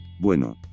Bueno